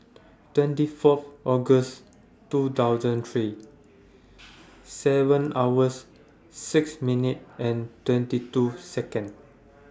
twenty Fourth August two thousand and three seven hours six minute twenty two Second